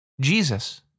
Jesus